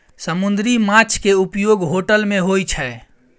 समुन्दरी माछ केँ उपयोग होटल मे होइ छै